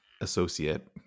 associate